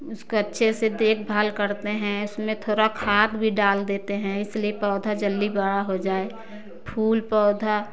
उसको अच्छे से देखभाल करते हैं उसमें थोड़ा खाद भी डाल देते हैं इसलिए पौधा जल्दी बड़ा हो जाए फूल पौधा